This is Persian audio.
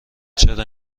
چرا